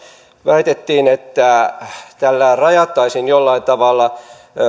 väitettiin että tällä rajattaisiin jollain tavalla